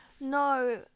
No